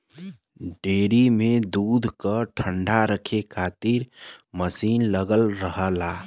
dairy में दूध क ठण्डा रखे खातिर मसीन लगल रहला